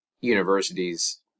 universities